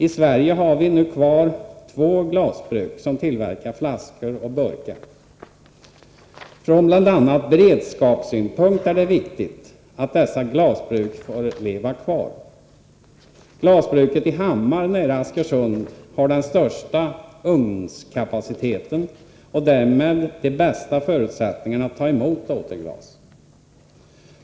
I Sverige har vi nu kvar två glasbruk som tillverkar flaskor och burkar. Från bl.a. beredskapssynpunkt är det viktigt att dessa glasbruk får leva kvar. Glasbruket i Hammar nära Askersund har den största ugnskapaciteten och därmed de bästa förutsättningarna att ta emot återglas.